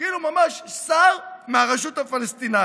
כאילו, ממש שר מהרשות הפלסטינית.